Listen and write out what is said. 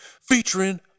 featuring